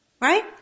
Right